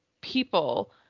people